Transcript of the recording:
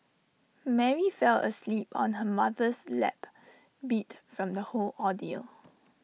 Mary fell asleep on her mother's lap beat from the whole ordeal